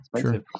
sure